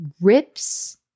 rips